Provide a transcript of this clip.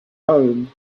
home